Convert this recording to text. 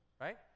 right